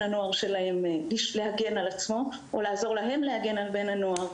הנוער שלהם להגן על עצמו או לעזור להם להגן על בן הנוער.